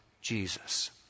Jesus